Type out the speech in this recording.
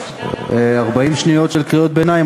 40 שניות של קריאות ביניים,